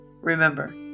Remember